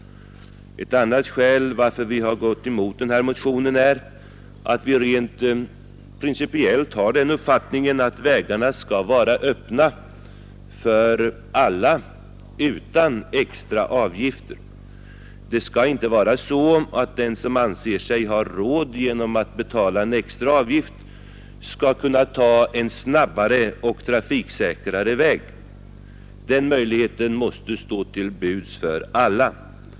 Ett annat skäl till att vi har gått emot denna motion är att vi rent principiellt har den uppfattningen att vägarna skall vara öppna för alla utan extra avgifter. Det skall inte vara så att den som anser sig ha råd att betala en extra avgift skall kunna ta en snabbare och trafiksäkrare väg. Den möjligheten skall stå till buds för alla.